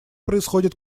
происходит